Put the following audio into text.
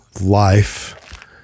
life